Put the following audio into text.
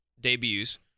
debuts